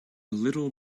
little